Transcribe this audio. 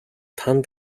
танд